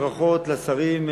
ברכות לשרים,